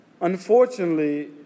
Unfortunately